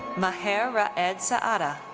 maher raed saadeh.